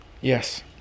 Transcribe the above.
Yes